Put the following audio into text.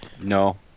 no